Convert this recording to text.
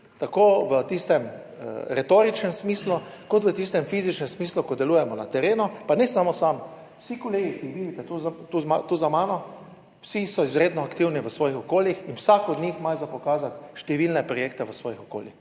tako v tistem retoričnem smislu kot v tistem fizičnem smislu, ko delujemo na terenu, pa ne samo sam, vsi kolegi, ki jih vidite tu za mano, vsi so izredno aktivni v svojih okoljih in vsak od njih ima za pokazati številne projekte v svojih okoljih,